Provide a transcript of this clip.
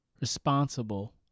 responsible